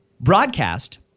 broadcast